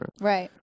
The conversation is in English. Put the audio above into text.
Right